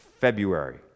February